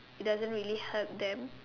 is doesn't really help them